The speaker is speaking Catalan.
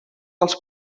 els